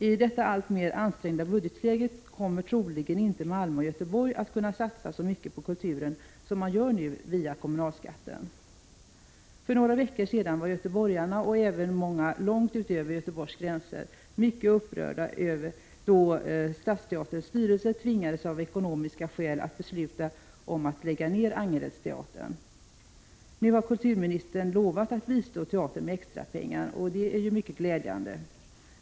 I det alltmer ansträngda budgetläget kommer Malmö och Göteborg troligen inte att kunna satsa så mycket på kulturen som man gör nu via kommunalskatten. För några veckor sedan var göteborgarna och även många långt utanför Göteborgs gränser mycket upprörda då Stadsteaterns styrelse av ekonomiska skäl tvingades besluta om att lägga ner Angeredsteatern. Nu har kulturministern lovat att bistå teatern med extrapengar, vilket är mycket glädjande.